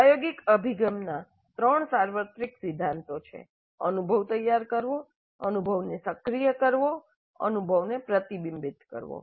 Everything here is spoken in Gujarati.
પ્રાયોગિક અભિગમના ત્રણ સાર્વત્રિક સિદ્ધાંતો છે અનુભવ તૈયાર કરવો અનુભવને સક્રિય કરવો અનુભવને પ્રતિબિંબિત કરવો